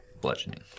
Bludgeoning